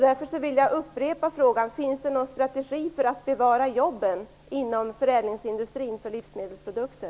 Därför vill jag upprepa frågan: Finns det någon strategi för att bevara jobben inom förädlingsindustrin när det gäller livsmedelsprodukter?